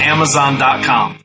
Amazon.com